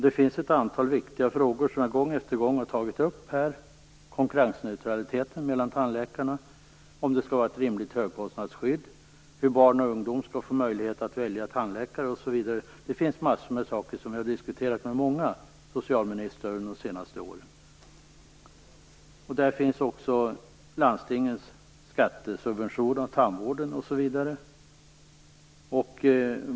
Det finns ett antal viktiga frågor som jag gång efter gång tagit upp här: konkurrensneutraliteten mellan tandläkarna, om det skall vara ett rimligt högkostnadsskydd, hur barn och ungdomar skall kunna välja tandläkare. Det finns många frågor som jag har diskuterat med många socialministrar under de senaste åren, bl.a. landstingen skattesubvention av tandvården.